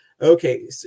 okay